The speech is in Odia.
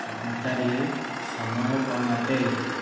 ଘଣ୍ଟାରେ ସମୟ କ'ଣ ଅଟେ